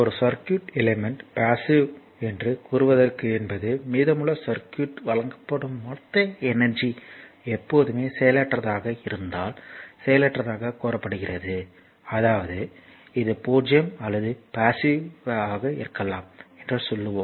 ஒரு circuit element passive என்று கூறுவதற்கு என்பது மீதமுள்ள சர்க்யூட்க்கு வழங்கப்படும் மொத்த எனர்ஜி எப்போதுமே செயலற்றதாக இருந்தால் செயலற்றதாகக் கூறப்படுகிறது அதாவது இது 0 அல்லது பாஸ்ஸிவ்வாக இருக்கலாம் என்று சொல்லுவோம்